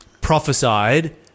prophesied